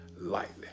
lightly